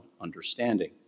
understanding